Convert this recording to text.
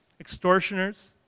extortioners